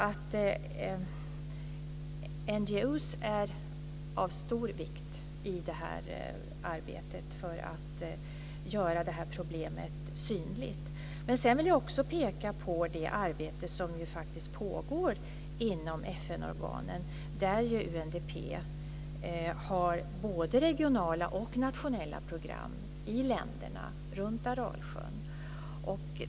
NGO:er är av stor vikt i arbetet för att göra problemet synligt. Men sedan vill jag också peka på det arbete som faktiskt pågår inom FN-organen. UNDP har ju både regionala och nationella program i länderna runt Aralsjön.